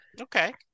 okay